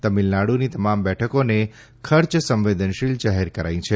તમિલનાડુની તમામ બેઠકોને ખર્ચ સંવેદનશીલ જાહેર કરાઇ છે